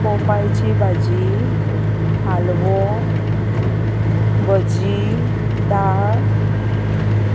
पोपायेची भाजी हालवो भजी दाळ